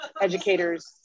educators